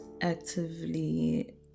actively